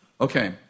Okay